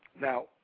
now